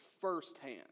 firsthand